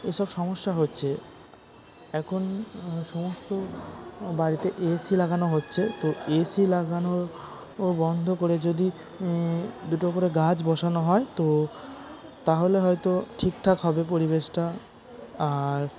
এই সব সমস্যা হচ্ছে এখন সমস্ত বাড়িতে এসি লাগানো হচ্ছে তো এসি লাগানোর ও বন্ধ করে যদি দুটো করে গাছ বসানো হয় তো তাহলে হয়তো ঠিক ঠাক হবে পরিবেশটা আর